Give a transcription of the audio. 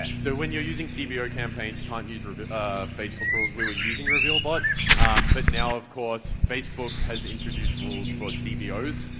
ah so when you're using cbo campaigns you can't use facebook rules, we were using revealbot but now of course, facebook has introduced rules for cbos,